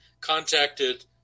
contacted